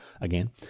again